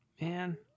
Man